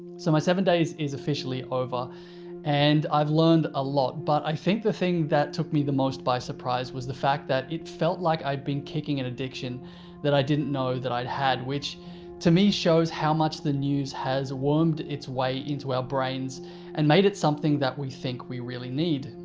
so my seven days is officially over and i've learned a lot, but i think the thing that took me the most by surprise was the fact that it felt like i've been kicking an addiction that i didn't know that i'd had, which to me shows how much the news had wormed its way into our brains and made it something that we think we really need.